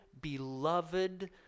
beloved